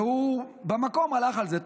והוא במקום הלך על זה.